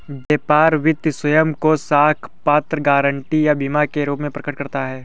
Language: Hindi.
व्यापार वित्त स्वयं को साख पत्र, गारंटी या बीमा के रूप में प्रकट करता है